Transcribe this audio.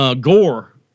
gore